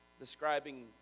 Describing